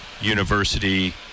university